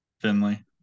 Finley